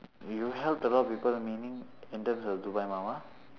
you helped a lot of people meaning in terms of dubai மாமா:maamaa